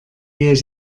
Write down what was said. years